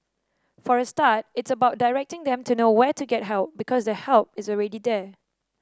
for a start it's about directing them to know where to get help because the help is already there